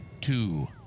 two